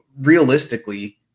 realistically